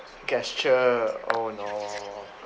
gesture oh no